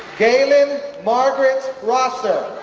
galen margaret rosser,